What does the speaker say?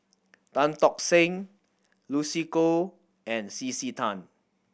Tan Tock Seng Lucy Koh and C C Tan